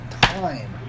time